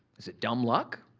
is it dumb luck?